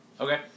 Okay